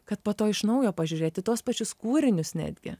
kad po to iš naujo pažiūrėti tuos pačius kūrinius netgi